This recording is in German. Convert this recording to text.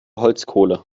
holzkohle